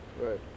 right